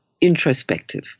introspective